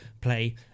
play